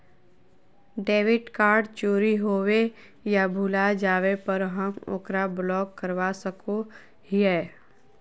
debit card चोरी होवे या भुला जाय पर हम ओकरा ब्लॉक करवा सको हियै